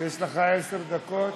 יש לך עשר דקות.